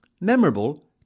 memorable